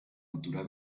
altura